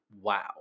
wow